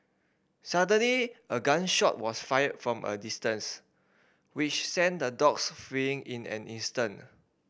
suddenly a gun shot was fired from a distance which sent the dogs fleeing in an instant